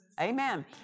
Amen